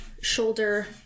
shoulder